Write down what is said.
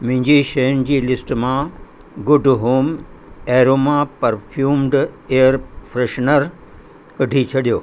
मुंहिंजी शयुनि जी लिस्ट मां good home aroma perfumed air freshener कढी छॾियो